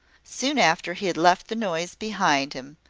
soon after he had left the noise behind him,